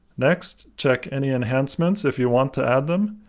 next, check any enhancements if you want to add them,